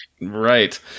right